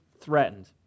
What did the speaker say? threatened